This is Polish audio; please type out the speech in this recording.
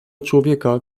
człowieka